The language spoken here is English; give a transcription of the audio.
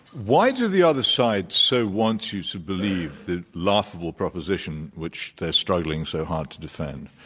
why do the other side so want you to believe the laughable proposition which they're struggling so hard to defend?